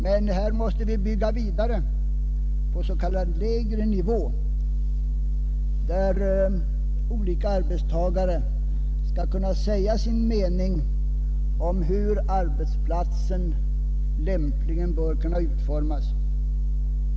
Men här måste vi bygga vidare på s.k. lägre nivå, där olika arbetstagare skall kunna säga sin mening om hur arbetsplatsen lämpligen bör utformas.